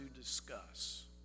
discuss